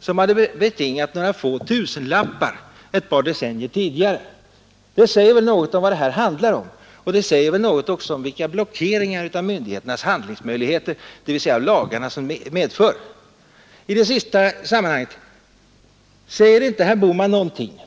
som betingade några få tusenlappar ett par decennier tidigare. Detta säger väl också någonting om vilka blockeringar av myndigheternas handlingsmöjligheter, dvs. av lagarna, som generösa ersättningsregler kan medföra. Säger inte det senaste exemplet herr Bohman någonting?